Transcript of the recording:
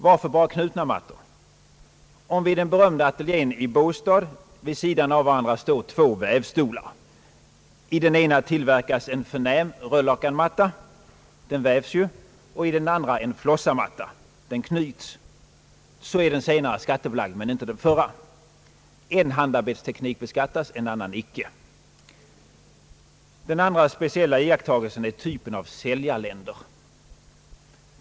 Varför skall bara knutna mattor vara beskattade? Om i den berömda ateljén i Båstad vid sidan av varandra står två vävstolar, i den ena tillverkas en förnäm röllakansmatta, som vävs, och i den andra en flossamatta, som knyts, så är den senare skattebelagd men inte den förra. En handarbetsteknik beskattas, en annan icke. Den andra speciella iakttagelsen gäller typen av säljarländer.